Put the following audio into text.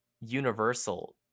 universal